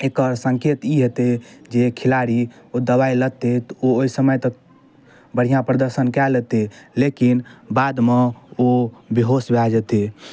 एकर संकेत ई हेतै जे खिलाड़ी ओ दबाइ लतै तऽ ओ ओहि समय तक बढ़िऑं प्रदर्शन कए लेतै लेकिन बादमे ओ बेहोश भऽ जेतय